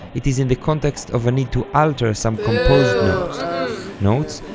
it is in the context of a need to alter some composed notes notes,